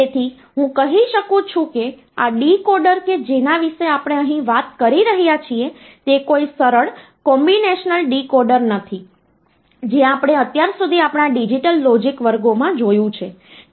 તેથી હું કહી શકું છું કે આ ડીકોડર કે જેના વિશે આપણે અહીં વાત કરી રહ્યા છીએ તે કોઈ સરળ કોમ્બિનેશનલ ડીકોડર નથી જે આપણે અત્યાર સુધી આપણા ડિજિટલ લોજિક વર્ગોમાં જોયું છે